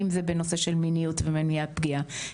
אם זה בנושא של מיניות ומניעת פגיעה,